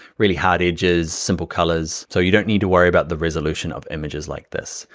really hard edges, simple colors. so you don't need to worry about the resolution of images like this.